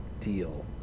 deal